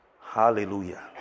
Hallelujah